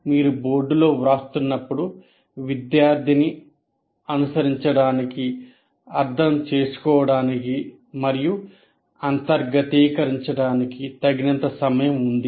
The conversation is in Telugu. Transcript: మీరు బోర్డులో వ్రాస్తున్నప్పుడు విద్యార్థిని అనుసరించడానికి అర్థం చేసుకోవడానికి మరియు అంతర్గతీకరించడానికి తగినంత సమయం ఉంది